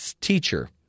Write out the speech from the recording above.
teacher